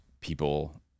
people